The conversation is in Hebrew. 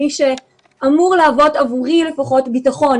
מי שאמור להוות עבורי לפחות ביטחון,